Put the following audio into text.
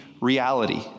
reality